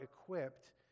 equipped